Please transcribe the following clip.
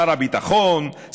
שר הביטחון,